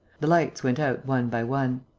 the lights went out one by one.